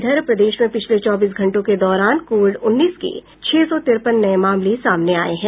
इधर प्रदेश में पिछले चौबीस घंटों के दौरान कोविड उन्नीस के छह सौ तिरपन नये मामले सामने आये हैं